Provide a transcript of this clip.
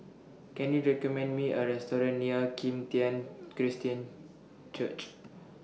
Can YOU recommend Me A Restaurant near Kim Tian Christian Church